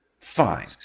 fine